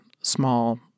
small